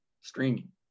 streaming